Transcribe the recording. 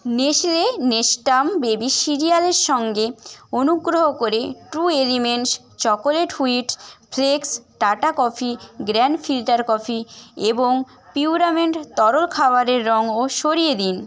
Nestle Nestum baby সিরিয়ালের সঙ্গে অনুগ্রহ করে True Elements chocolate wheat flakes Tata coffee grand filter coffee এবং পিউরামেট তরল খাবারের রঙও সরিয়ে দিন